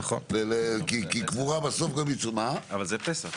כי קבורה בסוף --- אבל זה פס"ח,